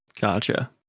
Gotcha